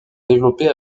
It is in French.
développée